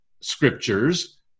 scriptures